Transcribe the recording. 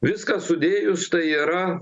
viską sudėjus tai yra